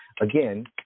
Again